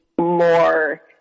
more